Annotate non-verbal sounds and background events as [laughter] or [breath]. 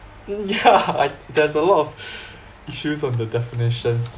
mm yeah [laughs] there's a lot of [breath] issues of the definition